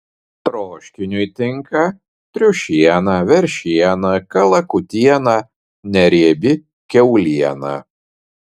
troškiniui tinka triušiena veršiena kalakutiena neriebi kiauliena